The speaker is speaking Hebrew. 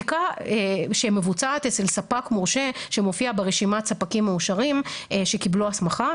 בדיקה שמבוצעת אצל ספק מורשה שמופיע ברשימת ספקים מאושרים שקיבלו הסמכה,